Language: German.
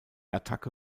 attacke